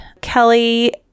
Kelly